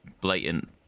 blatant